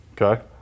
Okay